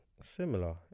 similar